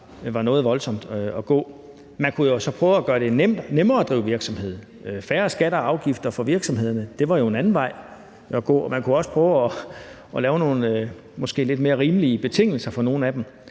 var noget voldsomt, altså at gå den vej. Man kunne så prøve at gøre det nemmere at drive virksomhed: færre skatter og afgifter for virksomhederne. Det var jo en anden vej at gå, og man kunne også prøve at lave nogle måske lidt mere rimelige betingelser for nogle af dem.